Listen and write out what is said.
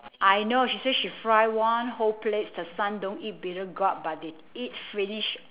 I know she say she fry one whole plates the son don't eat bittergourd but they eat finish